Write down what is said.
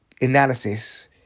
analysis